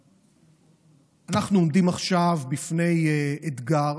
אנחנו עומדים עכשיו בפני אתגר,